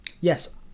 Yes